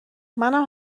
منم